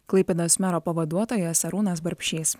klaipėdos mero pavaduotojas arūnas barbšys